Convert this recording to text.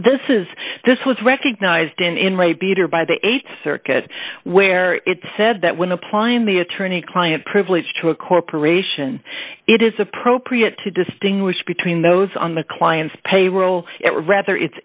this is this was recognized in in my beater by the th circuit where it said that when applying the attorney client privilege to a corporation it is appropriate to distinguish between those on the client's payroll rather it's